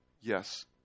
Yes